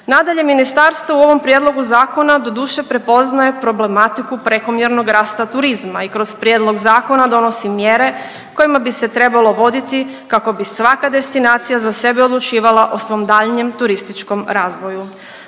Nadalje, ministarstvo u ovom prijedlogu zakona doduše prepoznaje problematiku prekomjernog rasta turizma i kroz prijedlog zakona donosi mjere kojima bi se trebalo voditi kako bi svaka destinacija za sebe odlučivala o svom daljnjem turističkom razvoju.